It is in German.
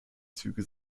züge